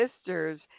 sisters